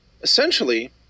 essentially